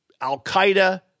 Al-Qaeda